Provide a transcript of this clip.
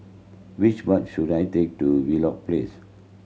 which bus should I take to Wheelock Place